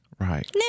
Right